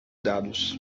dados